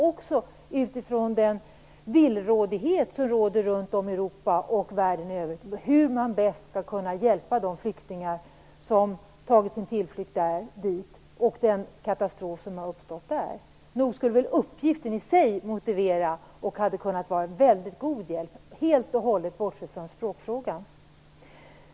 Det finns en villrådighet runt om i Europa och världen över om hur man bäst skall kunna hjälpa de flyktingar som tagit sin tillflykt dit och mildra den katastrof som har uppstått där. Nog skulle uppgiften i sig motivera en ambassad, och den hade kunnat vara en mycket god hjälp, helt och hållet bortsett från språkfrågan.